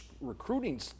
recruiting